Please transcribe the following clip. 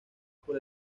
por